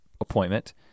appointment